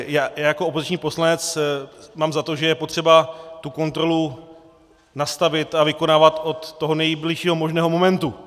Já jako opoziční poslanec mám za to, že je potřeba tu kontrolu nastavit a vykonávat od toho nejbližšího možného momentu.